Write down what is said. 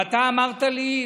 ואתה אמרת לי,